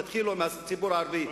תתחילו עם הציבור הערבי,